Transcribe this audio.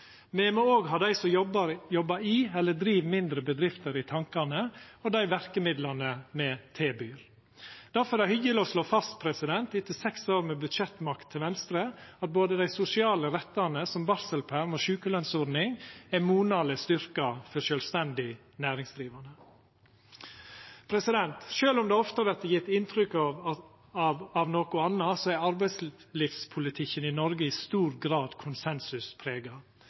Me må òg ha dei som jobbar i eller driv mindre bedrifter, i tankane, og dei verkemidla me tilbyr. Difor er det hyggeleg å slå fast etter seks år med budsjettmakt til Venstre at dei sosiale rettane barselpermisjon og sjukelønsordning er monaleg styrkte for sjølvstendig næringsdrivande. Sjølv om det ofte vert gjeve inntrykk av noko anna, er arbeidslivspolitikken i Noreg i stor grad